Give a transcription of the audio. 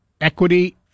equity